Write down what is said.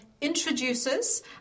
introduces